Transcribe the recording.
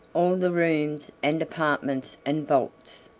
all the rooms and apartments and vaults,